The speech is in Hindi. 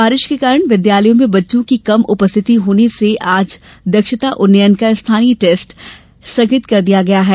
बारिश के कारण विद्यालयों में बच्चों की कम उपस्थिति होने से आज दक्षता उन्नयन का स्थानीय टेस्ट स्थगित कर दिया गया है